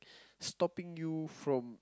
stopping you from